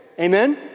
Amen